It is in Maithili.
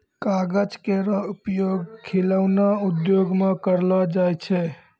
कागज केरो उपयोग खिलौना उद्योग म करलो जाय छै